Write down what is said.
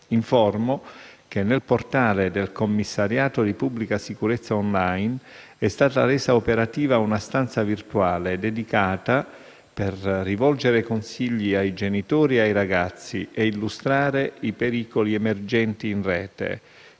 Informo che nel portale del commissariato di pubblica sicurezza *on line* è stata resa operativa una stanza virtuale dedicata, per rivolgere consigli ai genitori e ai ragazzi e illustrare i pericoli emergenti in Rete,